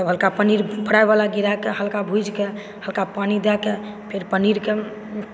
हल्का पनीर फ्राइ वाला गिराकऽ भुजि कऽ हल्का पानि दए कऽ फेर पनीरके